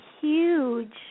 huge